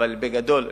בגדול,